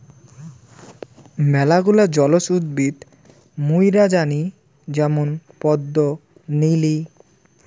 মেলাগিলা জলজ উদ্ভিদ মুইরা জানি যেমন পদ্ম, নিলি